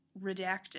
Redacted